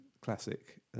classic